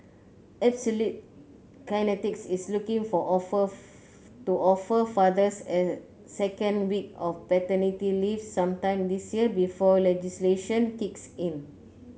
Absolute Kinetics is looking for offer of to offer fathers a second week of paternity leave sometime this year before legislation kicks in